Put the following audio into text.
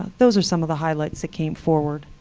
those are some of the highlights that came forward.